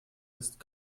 ist